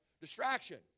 Distraction